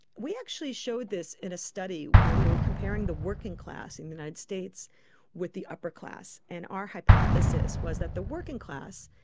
we actually showed this in a study where we were comparing the working class in the united states with the upper class, and our hypothesis was that the working class,